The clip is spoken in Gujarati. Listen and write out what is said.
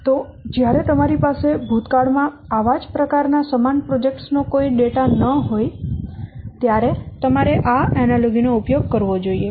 તો જ્યારે તમારી પાસે ભૂતકાળ માં આવા જ પ્રકારના સમાન પ્રોજેક્ટ્સ નો કોઈ ન હોય ત્યારે તમારે આ એનાલોગી નો ઉપયોગ કરવો જોઈએ